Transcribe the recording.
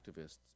activists